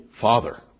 Father